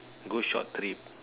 go short trip